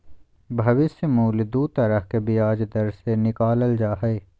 भविष्य मूल्य दू तरह के ब्याज दर से निकालल जा हय